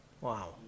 wow